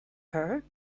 her